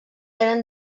eren